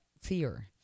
fear